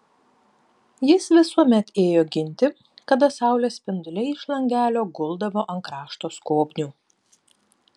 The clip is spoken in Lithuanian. jis visuomet ėjo ginti kada saulės spinduliai iš langelio guldavo ant krašto skobnių